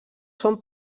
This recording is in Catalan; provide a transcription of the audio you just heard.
són